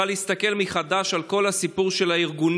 מדינת ישראל צריכה להסתכל מחדש על כל הסיפור של הארגונים,